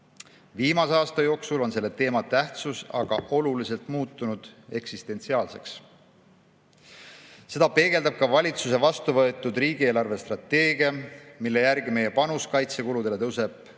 Viimase aasta jooksul on selle teema tähtsus aga oluliselt muutunud, lausa eksistentsiaalseks. Seda peegeldab ka valitsuse vastu võetud riigi eelarvestrateegia, mille järgi meie panus kaitsekuludesse tõuseb: